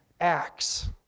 acts